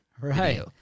Right